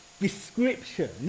description